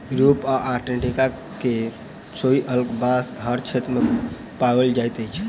Europe आ Antarctica के छोइड़ कअ, बांस हर क्षेत्र में पाओल जाइत अछि